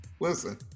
Listen